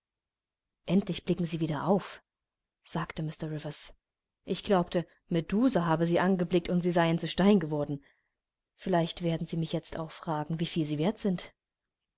endlich blicken sie wieder auf sagte mr rivers ich glaubte medusa habe sie angeblickt und sie seien zu stein geworden vielleicht werden sie mich jetzt auch fragen wieviel sie wert sind